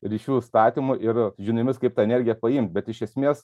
ryšių statymu ir žiniomis kaip tą energiją paimt bet iš esmės